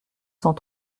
cent